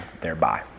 thereby